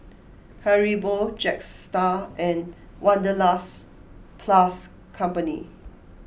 Haribo Jetstar and Wanderlust plus Company